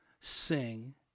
sing